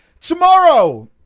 tomorrow